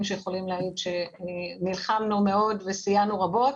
שיכולים להעיד שנלחמנו מאוד וסייענו רבות,